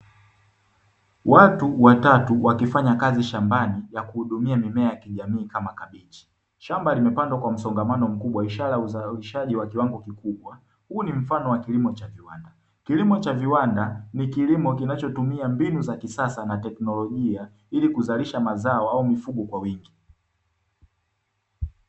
Watu watatu wakifanya kazi shambani ya kuhudumia mimea ya kijamii kama kabichi. Shamba limepandwa kwa msongamano mkubwa ishara ya uzalishaji wa kiwango kikubwa. Huu ni mfano wa kilimo cha viwanda, kilimo cha viwanda ni kilimo kinachotumia mbinu za kisasa na kiteknolojia ili kuzalisha mazao au mifugo kwa wingi.